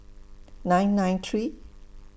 nine nine three